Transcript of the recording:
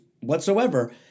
whatsoever